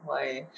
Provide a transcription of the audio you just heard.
why